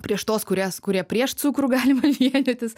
prieš tuos kurias kurie prieš cukrų galima vienytis